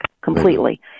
completely